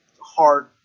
hard